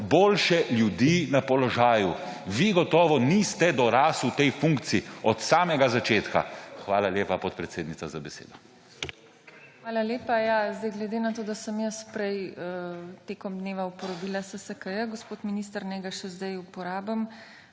boljše ljudi na položaju. Vi gotovo niste dorasli tej funkciji od samega začetka. Hvala lepa, podpredsednica, za besedo. **PODPREDSEDNICA TINA HEFERLE:** Hvala lepa. Glede na to, da sem jaz prej tekom dneva uporabila SSKJ, gospod minister, naj ga še zdaj uporabim.